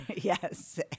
Yes